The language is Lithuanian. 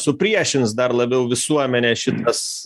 supriešins dar labiau visuomenę šitas